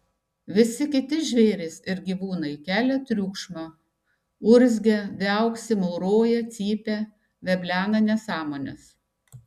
visi kiti žvėrys ir gyvūnai kelia triukšmą urzgia viauksi mauroja cypia veblena nesąmones